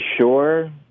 Sure